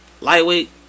lightweight